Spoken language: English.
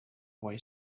boy